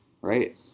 Right